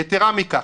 יתרה מכך,